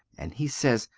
and he sez,